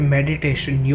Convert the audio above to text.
Meditation